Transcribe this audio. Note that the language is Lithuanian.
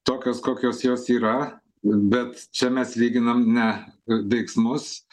tokios kokios jos yra bet čia mes lyginam ne veiksmus